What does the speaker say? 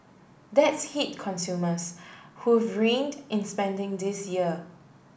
that's hit consumers who reined in spending this year